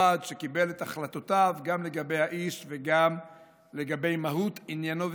ומכובד שקיבל את החלטותיו גם לגבי האיש וגם לגבי מהות עניינו ותפקידיו.